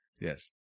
Yes